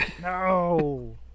No